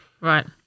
Right